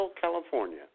California